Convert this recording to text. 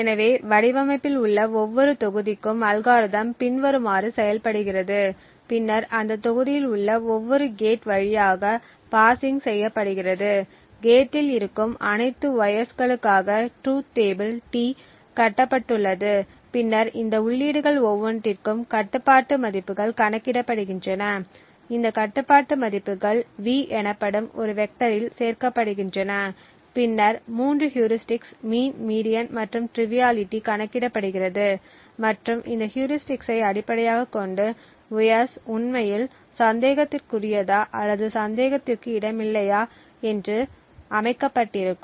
எனவே வடிவமைப்பில் உள்ள ஒவ்வொரு தொகுதிக்கும் அல்காரிதம் பின்வருமாறு செயல்படுகிறது பின்னர் அந்த தொகுதியில் உள்ள ஒவ்வொரு கேட் வழியாக பார்சிங் செய்யப்படுகிறது கேட்டில் இருக்கும் அனைத்து உயர்ஸ் களுக்காக ட்ரூத் டேபிள் T கட்டப்பட்டுள்ளது பின்னர் இந்த உள்ளீடுகள் ஒவ்வொன்றிற்கும் கட்டுப்பாட்டு மதிப்புகள் கணக்கிடப்படுகின்றன இந்த கட்டுப்பாட்டு மதிப்புகள் V எனப்படும் ஒரு வெக்டரில் சேர்க்கப்படுகின்றன பின்னர் மூன்று ஹூரிஸ்டிக்ஸ் மீண் மீடியன் மற்றும் ட்ரிவியாலிட்டி கணக்கிடப்படுகிறது மற்றும் இந்த ஹியூரிஸ்டிக்ஸை அடிப்படையாகக் கொண்டு உயர்ஸ் உண்மையில் சந்தேகத்திற்குரியதா அல்லது சந்தேகத்திற்கு இடமில்லையா என்று அமைக்கப்பட்டிருக்கும்